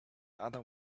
other